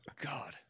God